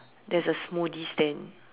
there's a smoothie stand